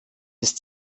ist